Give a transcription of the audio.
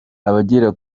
abagera